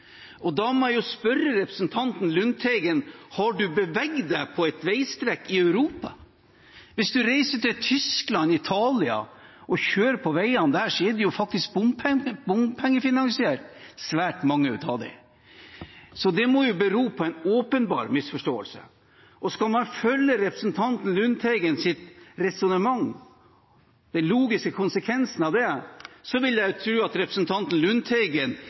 bom. Da må jeg spørre representanten Lundteigen om han har beveget seg på et veistrekk i Europa. Hvis man reiser til Tyskland eller Italia og kjører på veiene der, er faktisk svært mange av dem bompengefinansiert, så det må jo bero på en åpenbar misforståelse. Og skal man følge representanten Lundteigens resonnement og trekke den logiske konsekvensen av det, vil jeg tro at representanten Lundteigen